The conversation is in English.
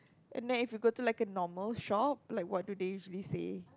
and then if you go to like a normal shop like what do they usually say